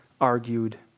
argued